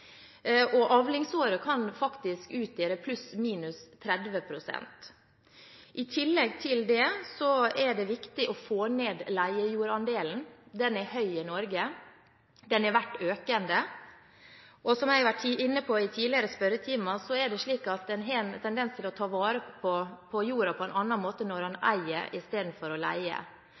Avlingsåret kan faktisk utgjøre pluss minus 30 pst. I tillegg er det viktig å få ned leiejordandelen. Den er høy i Norge, den har vært økende, og som jeg har vært inne på i tidligere spørretimer, er det slik at en har en tendens til å ta vare på jorda på en annen måte når en eier i stedet for å leie.